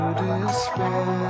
despair